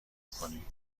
کنی